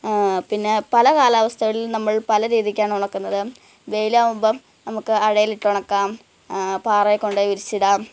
പിന്നെ പല കാലാവസ്ഥകളില് നമ്മള് പല രീതിക്കാണ് ഉണക്കുന്നത് വേയിൽ ആവുമ്പം നമുക്ക് അഴയിൽ ഇട്ട് ഉണക്കാം പാറയിൽ കൊണ്ടുപോയി വിരിച്ചിടാം